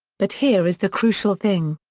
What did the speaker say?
but here is the crucial thing.